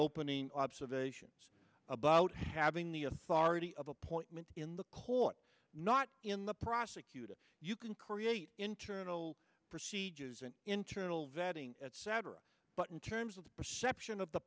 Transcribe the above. opening observations about having the authority of appointment in the court not in the prosecutor you can create internal procedures an internal vetting etc but in terms of the perception of the